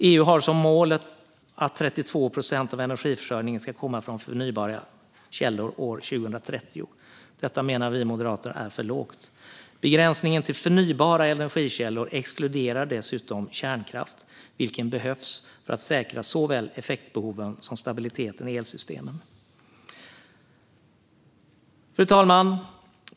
EU har som mål att 32 procent av energiförsörjningen ska komma från förnybara källor år 2030. Detta menar vi moderater är för lågt. Begränsningen till förnybara energikällor exkluderar dessutom kärnkraft, vilken behövs för att säkra såväl effektbehoven som stabiliteten i elsystemen. Fru talman!